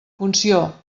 funció